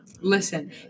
Listen